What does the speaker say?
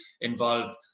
involved